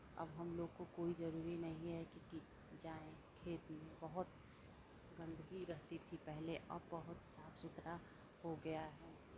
अब हमलोग को कोई जरूरी नहीं है कि कि जाएँ खेत में बहुत गंदगी रहती थी पहले अब बहुत साफ सुथरा हो गया है